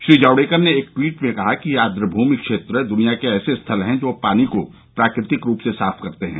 श्री जावड़ेकर ने एक ट्वीट में कहा कि आर्द्रभूमि क्षेत्र दुनिया के ऐसे स्थल हैं जो पानी को प्राकृतिक रूप से साफ करते हैं